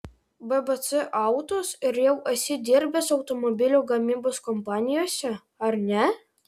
bbc autos ir jau esi dirbęs automobilių gamybos kompanijose ar ne